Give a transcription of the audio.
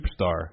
superstar